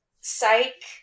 psych